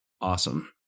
Awesome